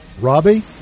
Robbie